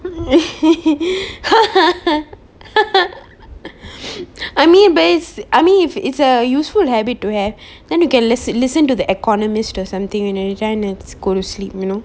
I mean base I mean if it's a useful habit to have then you can listen listen to the economist or something you know you trying to go to sleep you know